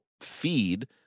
feed